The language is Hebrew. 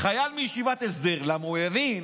חייל מישיבת הסדר, כי הוא הבין